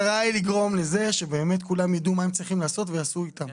לגרום לכך שבאמת כולם ידעו מה הם צריכים לעשות ויעשו זאת.